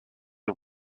his